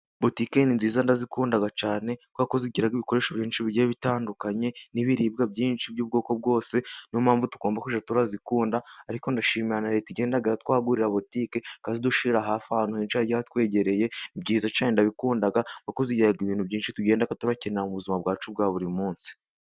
Butike ni nziza ndazikunda cyane, kuko kuzigira ibikoresho byinshi bigiye bitandukanye n'ibiribwa byinshi by'ubwoko bwose. Niyo mpamvu tugomba kujya tuzikunda ariko ndashimira na Leta, igenda itwagurira botike ikazidushira hafi ahantu henshi hagiye hatwegereye. Ni byiza cyane ndabikunda kubera ko zigira ibintu byinshi tugenda dukenera mu buzima bwacu bwa buri munsi.